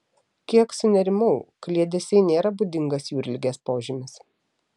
kiek sunerimau kliedesiai nėra būdingas jūrligės požymis